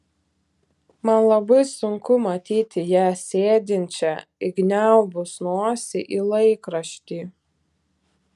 man labai sunku matyti ją sėdinčią įkniaubus nosį į laikraštį